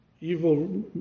evil